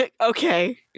Okay